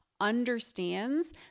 understands